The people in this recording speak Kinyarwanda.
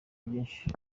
byinshi